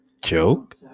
joke